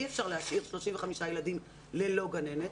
אי אפשר להשאיר 35 ילדים ללא גננת.